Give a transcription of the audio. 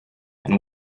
and